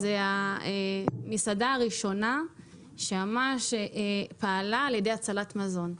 זו המסעדה הראשונה שממש פעלה להצלת מזון.